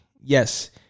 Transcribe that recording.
Yes